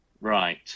right